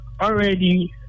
Already